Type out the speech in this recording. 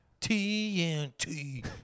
TNT